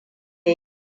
ya